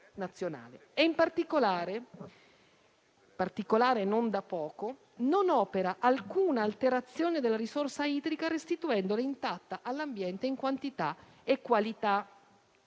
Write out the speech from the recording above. - un particolare non da poco - non opera alcuna alterazione della risorsa idrica, restituendola intatta all'ambiente in quantità e qualità.